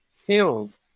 filled